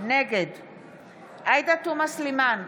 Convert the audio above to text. נגד עאידה תומא סלימאן,